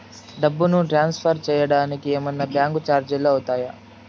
డబ్బును ట్రాన్స్ఫర్ సేయడానికి ఏమన్నా బ్యాంకు చార్జీలు అవుతాయా?